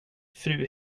fru